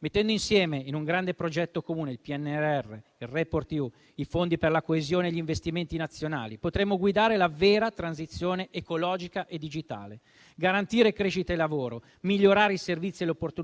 Mettendo insieme in un grande progetto comune il PNRR, il REPowerEU, i fondi per la coesione e gli investimenti nazionali, potremmo guidare la vera transizione ecologica e digitale, garantire crescita e lavoro, migliorare i servizi e le opportunità